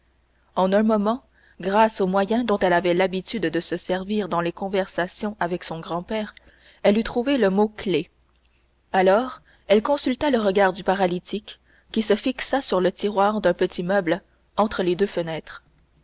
en un moment grâce aux moyens dont elle avait l'habitude de se servir dans les conversations avec son grand-père elle eut trouvé le mot clef alors elle consulta le regard du paralytique qui se fixa sur le tiroir d'un petit meuble entre les deux fenêtres